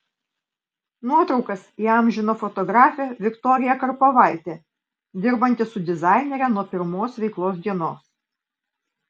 nuotraukas įamžino fotografė viktorija karpovaitė dirbanti su dizainere nuo pirmos veiklos dienos